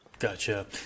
Gotcha